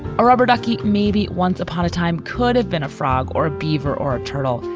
a rubber ducky maybe once upon a time could have been a frog or a beaver or a turtle,